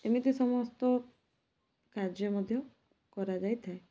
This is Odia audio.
ଏମିତି ସମସ୍ତ କାର୍ଯ୍ୟ ମଧ୍ୟ କରାଯାଇଥାଏ